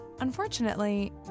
Unfortunately